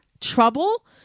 trouble